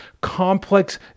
complex